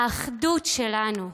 האחדות שלנו.